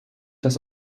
dass